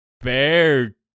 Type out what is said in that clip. Bear